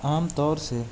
عام طور سے